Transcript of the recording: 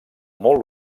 molt